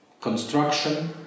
construction